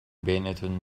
بینتون